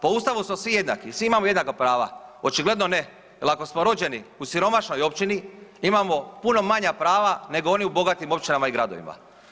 Po Ustavu smo svi jednaki, svi imamo jednaka prava, očigledno ne jer ako smo rođeni u siromašnoj općini imamo puno manja prava nego oni u bogatim općinama i gradovima.